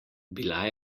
bila